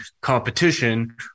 competition